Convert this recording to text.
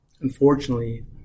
unfortunately